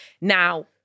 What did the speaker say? Now-